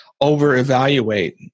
over-evaluate